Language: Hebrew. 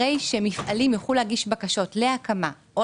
הרי שמפעלים יוכלו להגיש בקשות להקמה או